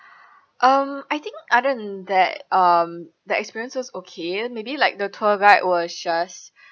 um I think other than that um the experiences okay maybe like the tour guide was just